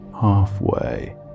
halfway